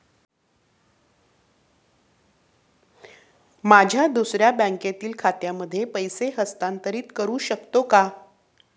माझ्या दुसऱ्या बँकेतील खात्यामध्ये पैसे हस्तांतरित करू शकतो का?